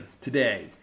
today